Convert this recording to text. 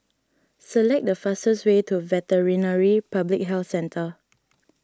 select the fastest way to Veterinary Public Health Centre